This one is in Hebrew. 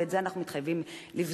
ואת זה אנחנו מתחייבים לבדוק.